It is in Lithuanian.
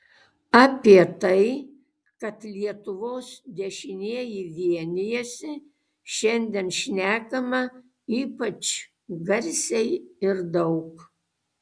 apie tai kad lietuvos dešinieji vienijasi šiandien šnekama ypač garsiai ir daug